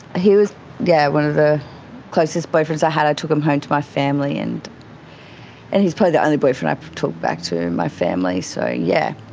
he was yeah one of the closest boyfriends i had. i took him home to my family, and and he's probably the only boyfriend that i took back to and my family so, yeah.